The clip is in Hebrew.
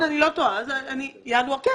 בינואר,